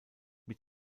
mit